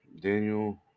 Daniel